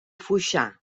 foixà